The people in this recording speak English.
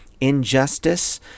injustice